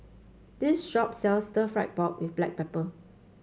this shop sells stir fry pork with Black Pepper